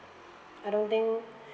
I don't think